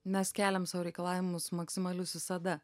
mes keliam sau reikalavimus maksimalius visada